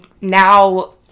now